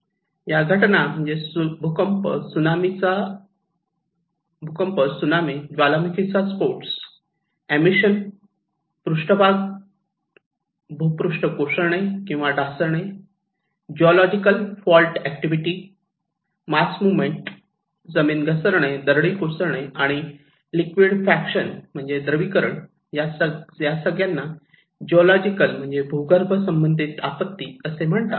या घटना म्हणजे भूकंप त्सुनामी ज्वालामुखी चा स्फोट ऍमिशन पृष्ठभाग भूपृष्ठ कोसळणे किंवा ढासळणे जिऑलॉजिकल फॉल्ट ऍक्टिव्हिटी मासमोमेंट जमीन घसरणे दरडी कोसळणे आणि लिक्विड फॅक्शन म्हणजे द्रवीकरण या सर्वांना जिऑलॉजिकल म्हणजे भूगर्भ संबंधित आपत्ती असे म्हणतात